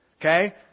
Okay